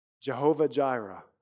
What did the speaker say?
Jehovah-Jireh